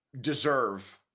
deserve